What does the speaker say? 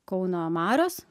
kauno marios